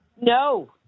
No